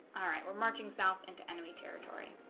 all right we're marching south into enemy territory